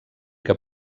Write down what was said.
que